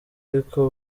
ariko